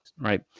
right